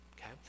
okay